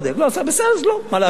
בסדר, אז לא, מה לעשות?